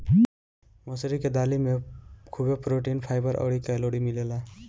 मसूरी के दाली में खुबे प्रोटीन, फाइबर अउरी कैलोरी मिलेला